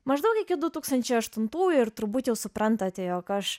maždaug iki du tūkstančiai aštuntųjų ir turbūt jau suprantate jog aš